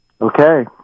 okay